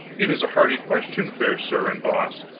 it is a hardy question, fair sir and boss,